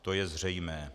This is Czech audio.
To je zřejmé.